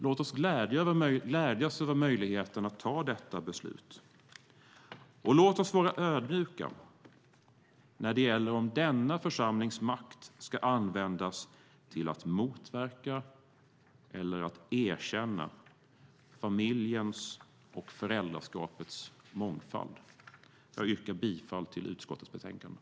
Låt oss glädjas över möjligheten att vi kan fatta det beslutet, och låt oss vara ödmjuka inför om denna församlings makt ska användas till att motverka eller erkänna familjens och föräldraskapets mångfald. Jag yrkar bifall till utskottets förslag i betänkandet.